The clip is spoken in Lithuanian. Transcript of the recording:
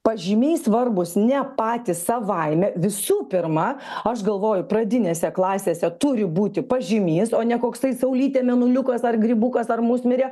pažymiai svarbūs ne patys savaime visų pirma aš galvoju pradinėse klasėse turi būti pažymys o ne koksai saulytė mėnuliukas ar grybukas ar musmirė